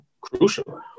crucial